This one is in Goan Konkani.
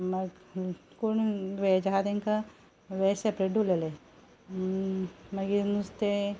मागीर कोण व्हॅज आसा तेंकां व्हॅज सेपरेट दवरलेलें मागीर नुस्तें